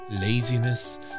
laziness